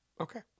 Okay